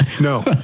No